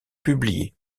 publiées